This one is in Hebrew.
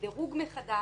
ודירוג מחדש,